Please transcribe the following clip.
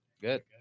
good